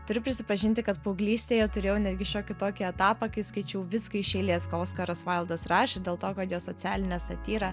turiu prisipažinti kad paauglystėje turėjau netgi šiokį tokį etapą kai skaičiau viską iš eilės ką oskaras vaildas rašė dėl to kad jo socialinė satyra